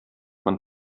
man